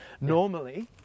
Normally